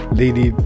lady